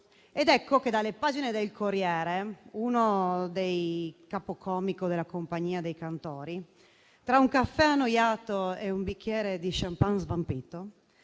fede. Dalle pagine del «Corriere della sera», uno dei capocomici della compagnia dei cantori, tra un caffè annoiato e un bicchiere di *champagne* svampito,